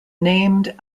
named